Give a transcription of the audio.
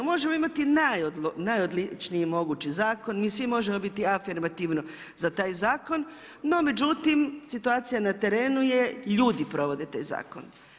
Možemo imati najodličniji mogući zakon, mi svi možemo biti afirmativno za taj zakon, no međutim situacija na terenu ljudi provode te zakone.